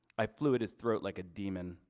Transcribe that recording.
i fluid his throat like a demon.